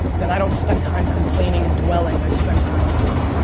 that i don't spend time complaining and dwelling, i spend time on doing.